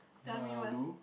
Malu